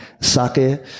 sake